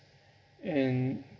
and